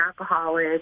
alcoholic